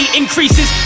increases